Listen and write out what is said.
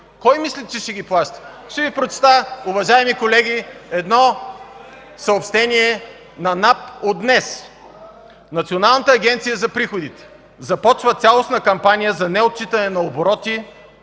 Кой мислите, че ще ги плаща?! (Реплики от ГЕРБ.) Ще Ви прочета, уважаеми колеги, едно съобщение на НАП от днес: Националната агенция за приходите започва цялостна кампания за неотчитане на обороти